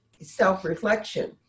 self-reflection